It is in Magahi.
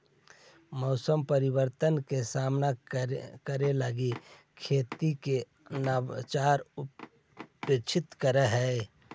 मौसमी परिवर्तन के सामना करे लगी खेती में नवाचार अपेक्षित हई